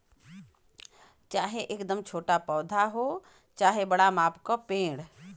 चाहे एकदम छोटा पौधा हो चाहे बड़ा पाम क पेड़